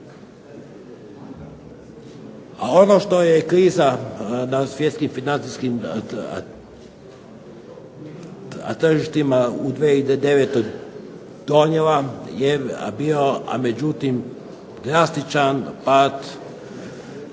A ono što je kriza na svjetskim financijskim tržištima u 2009. donijela je bio međutim drastičan pad